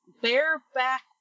bareback